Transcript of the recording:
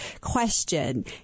question